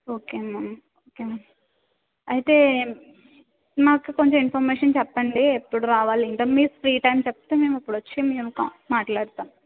okay ma'am okay ma'am అయితే మాకు కొంచెం ఇన్ఫర్మేషన్ చెప్పండి ఎప్పుడు రావాలి ఏంటో అని మీ ఫ్రీ టైం చెప్తే మేము అప్పుడొచ్చి మేము మీతో మాట్లాడతాము